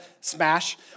Smash